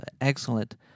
excellent